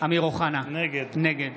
אמיר אוחנה, נגד